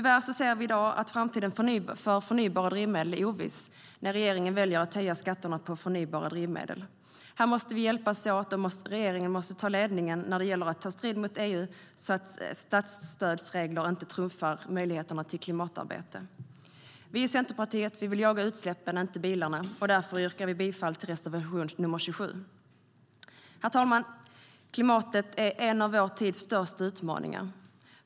Vi anser, tyvärr, att framtiden för förnybara drivmedel är oviss eftersom regeringen väljer att höja skatterna på förnybara drivmedel. Här måste vi hjälpas åt, och regeringen måste ta ledningen i att ta strid mot EU så att statsstödsregler inte trumfar klimatarbete. Vi i Centerpartiet vill jaga utsläppen, inte bilarna, och därför yrkar vi bifall till reservation nr 27. Herr talman! Klimatet är en av vår tids största utmaningar.